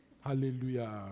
Hallelujah